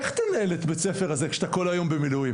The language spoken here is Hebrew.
איך תנהל את הבית ספר הזה שאתה כל היום במילואים".